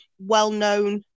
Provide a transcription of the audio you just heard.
well-known